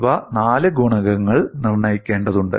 ഇവ 4 ഗുണകങ്ങൾ നിർണ്ണയിക്കേണ്ടതുണ്ട്